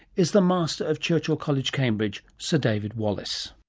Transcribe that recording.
is the master of churchill college cambridge, sir david wallace.